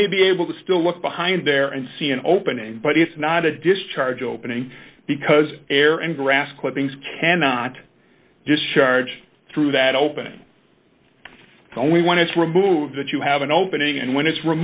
you may be able to still look behind there and see an opening but it's not a discharge opening because air and grass clippings can not just charge through that opening only when it's removed that you have an opening and when it's